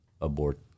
abort